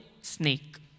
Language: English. snake